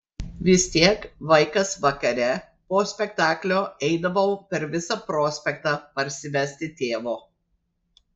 vis tiek vaikas vakare po spektaklio eidavau per visą prospektą parsivesti tėvo